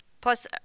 Plus